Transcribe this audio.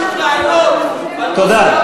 תודה.